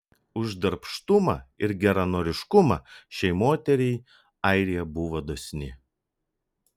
už darbštumą ir geranoriškumą šiai moteriai airija buvo dosni